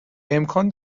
امکان